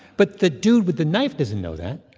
but the dude with the knife doesn't know that,